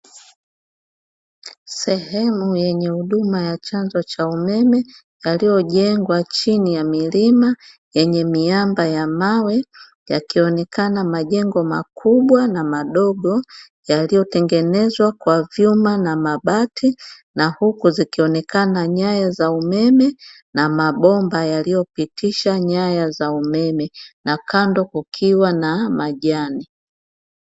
Sehemu yenye huduma ya chanzo cha umeme, yaliyojengwa chini ya milima yenye miamba ya mawe, yakionekana majengo makubwa na madogo yaliyotengenezwa kwa vyuma na mabati, na huku zikionekana nyaya za umeme na maboma yaliyopitisha nyaya za umeme na kando kukiwa na majani.